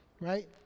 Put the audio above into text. right